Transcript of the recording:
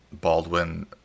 Baldwin